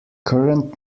current